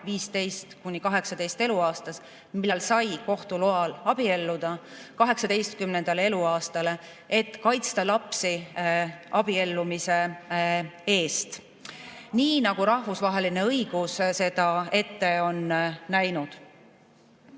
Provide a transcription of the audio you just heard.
15–18 eluaastat, millal sai kohtu loal abielluda, 18. eluaastale, et kaitsta lapsi abiellumise eest nii, nagu rahvusvaheline õigus ette on näinud.